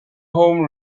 home